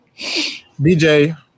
BJ